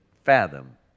fathom